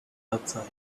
outside